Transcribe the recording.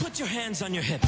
but your hands on your